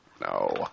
No